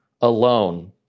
alone